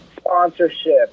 sponsorship